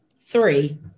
three